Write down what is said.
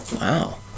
Wow